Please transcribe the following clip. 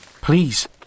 Please